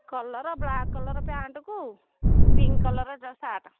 colour black colour ପ୍ୟାଣ୍ଟ୍କୁ pink colour shirt